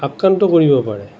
আক্ৰান্ত কৰিব পাৰে